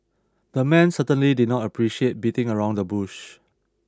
the man certainly did not appreciate beating around the bush